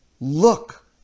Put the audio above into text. look